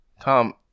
tom